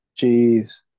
Jeez